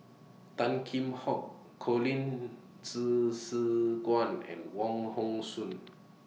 Tan Kheam Hock Colin Quan and Wong Hong Suen